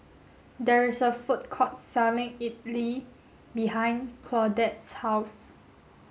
there is a food court selling Idili behind Claudette's house